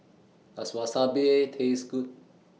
Does Wasabi Taste Good